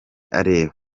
areba